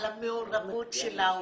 על המעורבות של ההורים,